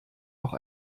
noch